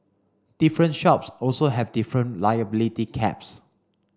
different shops also have different liability caps